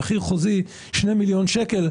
מחיר חוזי של 2 מיליון שקל,